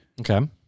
Okay